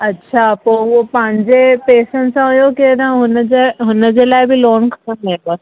अच्छा पोइ उहो पंहिंजे पेसनि सां हुओ की न हुन जा हुन जे लाइ बि लोन खयंव